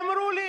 ואמרו לי,